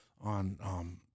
on